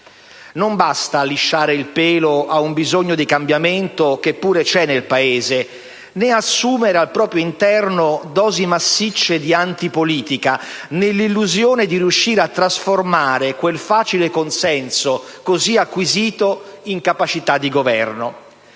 Non basta lisciare il pelo a un bisogno di cambiamento, che pure c'è nel Paese, né assumere al proprio interno dosi massicce di antipolitica nell'illusione di riuscire a trasformare quel facile consenso così acquisito in capacità di Governo: